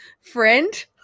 friend